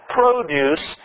produce